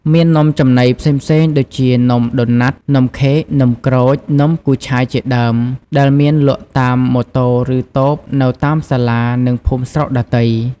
មាននំចំណីផ្សេងៗដូចជានំដូណាត់ នំខេក នំក្រូច នំគូឆាយជាដើម ដែលមានលក់តាមម៉ូតូឫតូបនៅតាមសាលានិងភូមិស្រុកដទៃ។